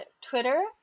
Twitter